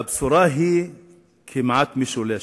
הבשורה היא כמעט משולשת.